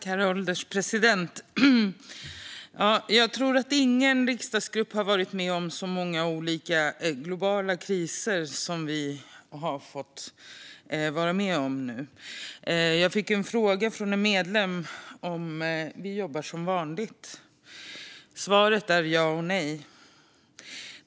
Herr ålderspresident! Jag tror inte att någon riksdagsgrupp har varit med om så många olika globala kriser som vi har fått vara med om nu. Jag fick en fråga från en medlem om vi jobbar som vanligt. Svaret är ja - och nej.